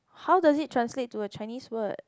how does it translate to a Chinese word